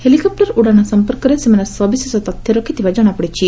helicopter ଉଡ଼ାଣ ସଂପର୍କରେ ସେମାନେ ସବିଶେଷ ତଥ୍ୟ ରଖିଥିବା ଜଣାପଡ଼ିଛି